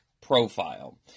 profile